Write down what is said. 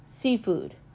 Seafood